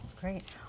great